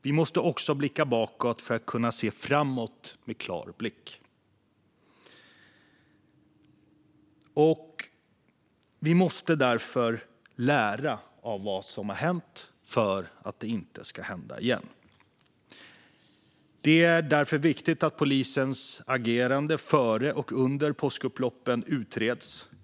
Vi måste också blicka bakåt för att kunna se framåt med klar blick. Vi måste lära av det som har hänt för att det inte ska hända igen. Det är därför viktigt att polisens agerande före och under påskupploppen utreds.